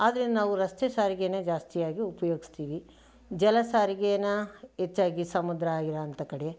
ಆದರೆ ನಾವು ರಸ್ತೆ ಸಾರಿಗೇನೇ ಜಾಸ್ತಿಯಾಗಿ ಉಪಯೋಗಿಸ್ತೀವಿ ಜಲ ಸಾರಿಗೇನ ಹೆಚ್ಚಾಗಿ ಸಮುದ್ರ ಆಗಿರೋಂಥ ಕಡೆ